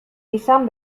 izan